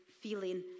feeling